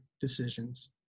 decisions